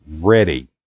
ready